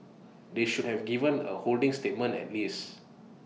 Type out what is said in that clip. they should have given A holding statement at least